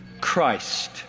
Christ